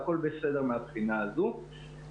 והכול בסדר מבחינה זו.